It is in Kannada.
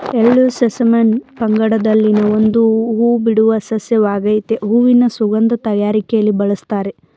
ಎಳ್ಳು ಸೆಸಮಮ್ ಪಂಗಡದಲ್ಲಿನ ಒಂದು ಹೂಬಿಡುವ ಸಸ್ಯವಾಗಾಯ್ತೆ ಹೂವಿನ ಸುಗಂಧ ತಯಾರಿಕೆಲಿ ಬಳುಸ್ತಾರೆ